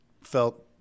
felt